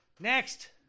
Next